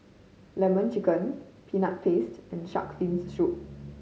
Lemon Chicken Peanut Paste and Shark's Fin Soup